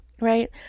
right